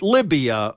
Libya